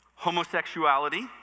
Homosexuality